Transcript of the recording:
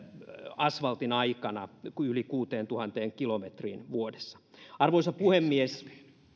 asvaltin aikana yli kuuteentuhanteen kilometriin vuodessa arvoisa puhemies